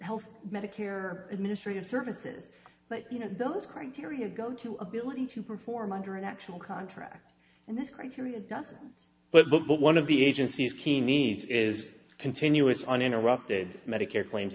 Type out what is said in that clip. health medicare or administrative services but you know those criteria go to ability to perform under an actual contract and this criteria doesn't but look but one of the agency's key needs is continuous uninterrupted medicare claims